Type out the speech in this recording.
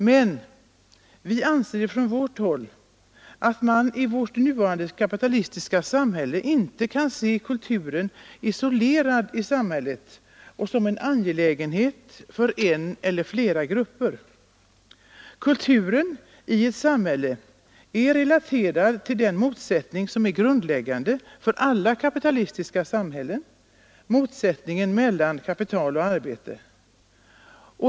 Men vi anser att man i vårt nuvarande kapitalistiska samhälle inte kan se kulturen isolerad i samhället och som en angelägenhet för en eller flera grupper. Kulturen i ett samhälle är relaterad till den motsättning som är grundläggande för alla kapitalistiska samhällen, motsättningen mellan kapital och arbete.